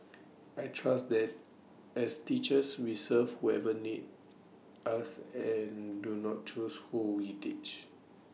I trust that as teachers we serve whoever needs us and do not choose who we teach